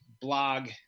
blog